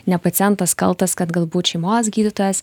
ne pacientas kaltas kad galbūt šeimos gydytojas